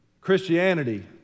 Christianity